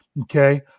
Okay